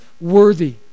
worthy